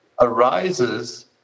arises